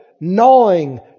gnawing